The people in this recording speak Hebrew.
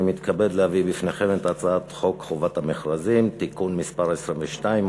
אני מתכבד להביא בפניכם את הצעת חוק חובת המכרזים (תיקון מס' 22,